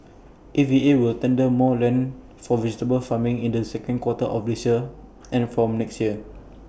A V A will tender more land for vegetable farming in the second quarter of this year and from next year